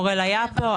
אוראל היה פה,